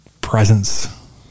presence